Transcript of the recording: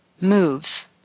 moves